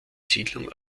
siedlung